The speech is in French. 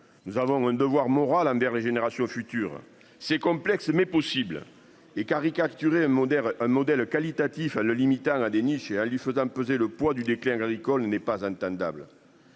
nous avons un devoir moral envers les générations futures. C'est complexe mais possible et caricaturé modère un modèle qualitatif a le limitant à dénicher lui faisant peser le poids du déclin agricole n'est pas entendable.